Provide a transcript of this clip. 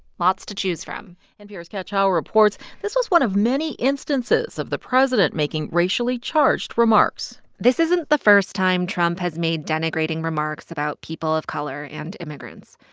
lots to choose from npr's kat chow reports this was one of many instances of the president making racially-charged remarks this isn't the first time trump has made denigrating remarks about people of color and immigrants.